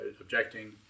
objecting